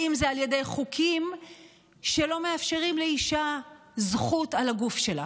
ואם זה על ידי חוקים שלא מאפשרים לאישה זכות על הגוף שלה.